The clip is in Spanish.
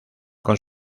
con